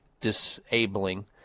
disabling